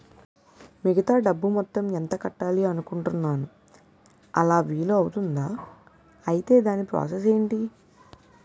మిగతా డబ్బు మొత్తం ఎంత కట్టాలి అనుకుంటున్నాను అలా వీలు అవ్తుంధా? ఐటీ దాని ప్రాసెస్ ఎంటి?